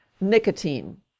nicotine